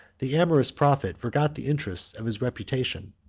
the amorous prophet forgot the interest of his reputation.